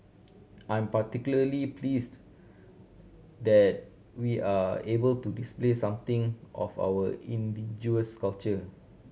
I'm particularly pleased that we're able to display something of our indigenous culture